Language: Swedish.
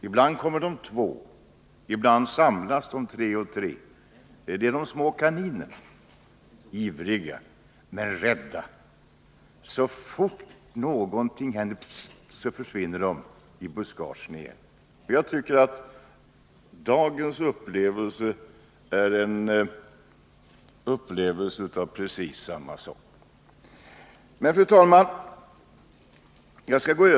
Ibland kommer det två, ibland samlas de tre och tre. Det är de små kaninerna, ivriga men rädda. Så fort någonting händer försvinner de i buskagen igen. Jag tycker att dagens upplevelse är av precis samma sort. Fru talman!